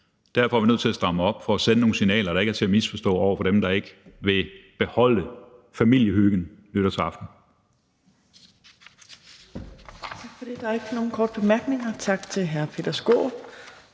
derfor er vi nødt til at stramme op for at sende nogle signaler, der ikke er til at misforstå, til dem, der ikke vil lade os beholde familiehyggen nytårsaften.